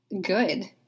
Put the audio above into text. good